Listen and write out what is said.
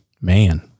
Man